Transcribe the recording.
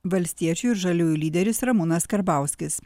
valstiečių ir žaliųjų lyderis ramūnas karbauskis